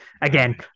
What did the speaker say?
Again